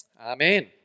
Amen